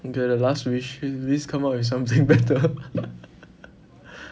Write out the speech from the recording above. okay the last wish please come up with something better